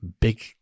big